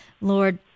lord